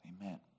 amen